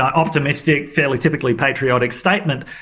optimistic, fairly typically patriotic statement,